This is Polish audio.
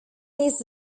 jest